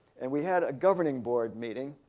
and we had a governing board meeting.